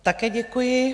Také děkuji.